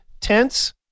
Tense